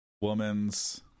woman's